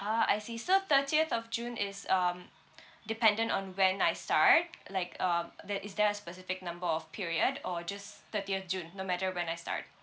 ah I see so thirtieth of june is um dependent on when I start like um there is there a specific number of period or just thirtieth june no matter when I start